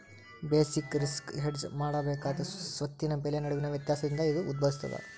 basic risk hedge ಮಾಡಬೇಕಾದ ಸ್ವತ್ತಿನ ಬೆಲೆ ನಡುವಿನ ವ್ಯತ್ಯಾಸದಿಂದ ಇದು ಉದ್ಭವಿಸ್ತದ